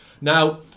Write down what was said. Now